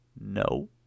no